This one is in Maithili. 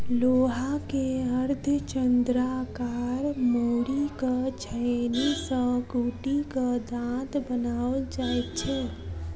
लोहा के अर्धचन्द्राकार मोड़ि क छेनी सॅ कुटि क दाँत बनाओल जाइत छै